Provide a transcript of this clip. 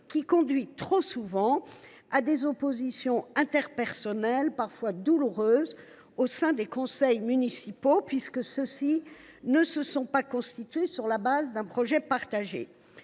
lequel conduit trop souvent à des oppositions interpersonnelles parfois douloureuses au sein de conseils municipaux qui n’ont pas été constitués sur la base d’un projet partagé.